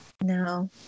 no